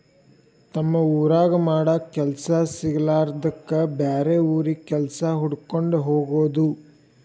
ತಮ್ಮ ಊರಾಗ ಮಾಡಾಕ ಕೆಲಸಾ ಸಿಗಲಾರದ್ದಕ್ಕ ಬ್ಯಾರೆ ಊರಿಗೆ ಕೆಲಸಾ ಹುಡಕ್ಕೊಂಡ ಹೊಗುದು